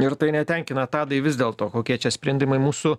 ir tai netenkina tadai vis dėlto kokie čia sprendimai mūsų